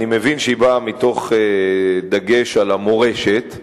אני מבין שהיא באה מתוך דגש על המורשת והלאומיות,